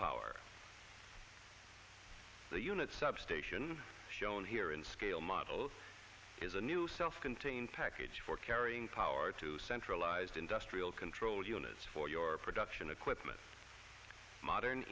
power the unit substation shown here in scale models is a new self contained package for carrying power to centralized industrial control units for production equipment modern